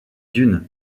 dunes